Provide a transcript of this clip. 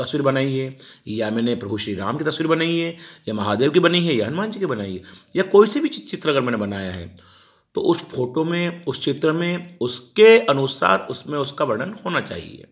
तस्वीर बनाई है या मैंने प्रभु श्री राम की तस्वीर बनाई है या महादेव की बनी है या हनुमान जी की बनाई है या कोई सी भी चित्र अगर मैंने बनाया है तो उस फोटों में उस चित्र में उसके अनुसार उसमें उसका वर्णन होना चाहिए